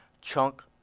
chunk